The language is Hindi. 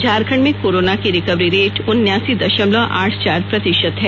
झारखंड में कोरोना की रिकवरी रेट उनासी दशमलव आठ चार प्रतिशत है